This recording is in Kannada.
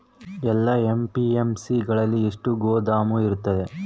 ಎಲ್ಲಾ ಎ.ಪಿ.ಎಮ್.ಸಿ ಗಳಲ್ಲಿ ಎಷ್ಟು ಗೋದಾಮು ಇರುತ್ತವೆ?